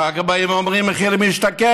ואחר כך באים ואומרים: מחיר למשתכן,